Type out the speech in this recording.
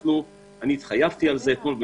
אני התחייבתי על זה אתמול.